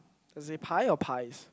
as in pie or pies